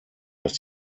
dass